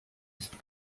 ist